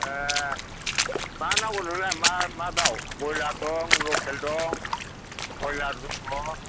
ए मा नांगौ नोंनोलाय मा मा दाउ ब्रइलार दं लकेल दं कुरइलार दङ